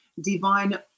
divine